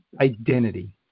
identity